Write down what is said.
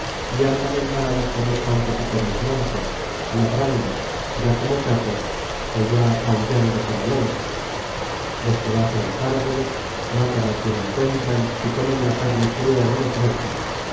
y andan en manadas por los campos y por los montes ladrando ya como perros ó ya aullando como lobos despedazan los árboles matan á quien encuentran y comen la carne cruda de los muertos